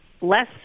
less